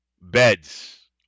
beds